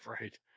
Right